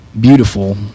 beautiful